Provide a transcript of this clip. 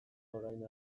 orain